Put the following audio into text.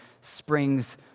springs